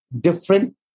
different